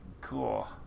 cool